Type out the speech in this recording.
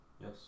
Yes